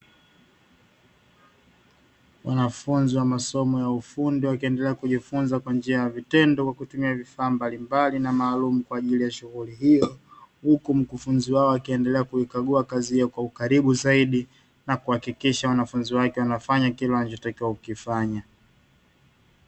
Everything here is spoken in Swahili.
Wanafunzi wa masomo ya ufundi wakiendelea kujifunza kwa njia ya vitendo kwa kutumia vifaa mbalimbali na maalumu kwa ajili ya shughuli hiyo, huku mkufunzi wao akiendelea kuikagua kazi yao kwa ukaribu zaidi na kuhakikisha wanafunzi wake wanafanya kile wanachotakiwa kukifanya.